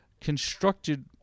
constructed